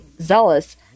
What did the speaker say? zealous